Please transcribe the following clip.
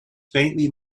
faintly